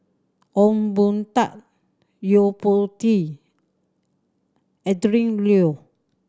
Ong Boon Tat Yo Po Tee Adrin Loi